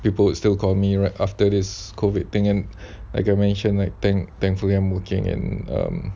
people would still call me right after this COVID thing like I mention I thank thankfully I'm working and um